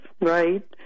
right